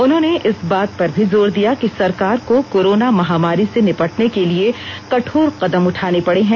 उन्होंने इस बात पर भी जोर दिया कि सरकार को कोरोना महामारी से निपटने के लिए कठोर कदम उठाने पड़े हैं